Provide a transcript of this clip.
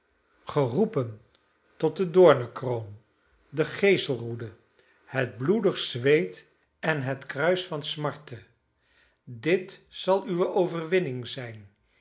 geroepen tot de doornenkroon de geeselroede het bloedig zweet en het kruis van smarte dit zal uwe overwinning zijn